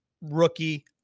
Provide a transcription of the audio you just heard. rookie